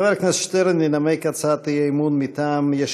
חבר הכנסת שטרן ינמק הצעת אי-אמון מטעם יש